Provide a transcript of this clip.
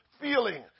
feeling